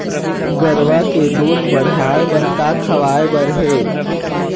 गरवा के दूध बढ़ाये बर का खवाए बर हे?